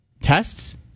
tests